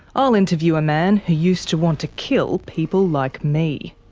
i'll interview a man who used to want to kill people like me.